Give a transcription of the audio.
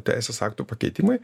teisės aktų pakeitimai